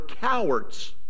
cowards